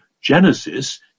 genesis